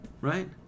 right